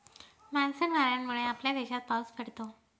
monsoon वाऱ्यांमुळे आपल्या देशात पाऊस पडतो